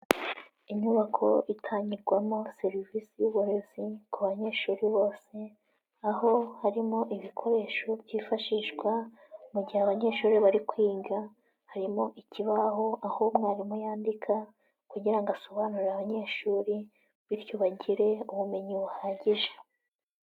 Inyubako itangirwamo serivisi z'uburezi ku banyeshuri bose, aho harimo ibikoresho byifashishwa mu gihe abanyeshuri bari kwiga, harimo ikibaho aho umwarimu yandika, kugira ngo asobanurire abanyeshuri bityo bagire ubumenyi buhagije.